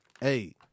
hey